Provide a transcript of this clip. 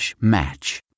match